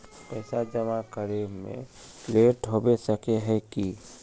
पैसा जमा करे में लेट होबे सके है की?